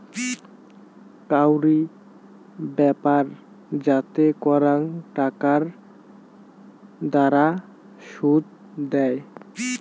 কাউরি ব্যাপার যাতে করাং টাকার দ্বারা শুধ দেয়